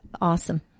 awesome